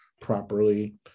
properly